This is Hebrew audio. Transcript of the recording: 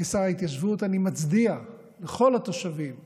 כשר ההתיישבות, אני מצדיע לכל התושבים איש,